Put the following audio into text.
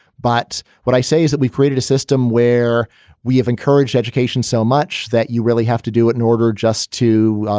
but what i say is that we've created a system where we've encouraged education so much that you really have to do it in order just to,